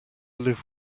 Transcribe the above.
live